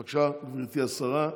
בבקשה, גברתי השרה.